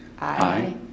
Aye